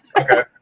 okay